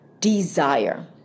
desire